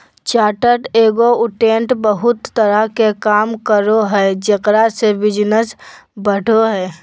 chartered accountant बहुत तरह के काम करो हइ जेकरा से बिजनस बढ़ो हइ